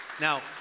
Now